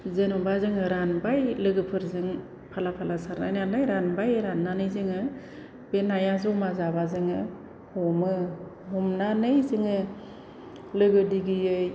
जेन'बा जोङो रानबाय लोगोफोरजों फाला फाला सारलायनानै रानबाय राननानै जोंङो बे नाया जमा जाब्ला जोंङो हमो हमनानै जोंङो लोगो दिगियै